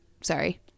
sorry